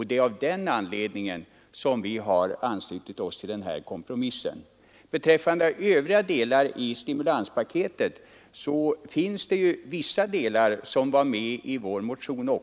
Det är av den anledningen som vi har anslutit oss till kompromissförslaget. Vissa delar i stimulanspaketet finns också med i vår partimotion.